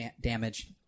damage